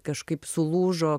kažkaip sulūžo